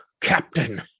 Captain